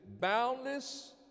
boundless